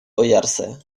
ойярсе